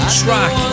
track